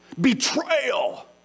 Betrayal